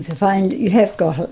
finally you have got